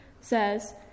says